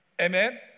amen